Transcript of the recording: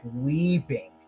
weeping